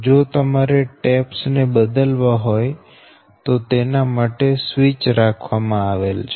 જો તમારે ટેપ્સ ને બદલવા હોય તો તેના માટે સ્વીચ રાખવામાં આવેલ છે